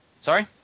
Sorry